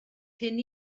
cyn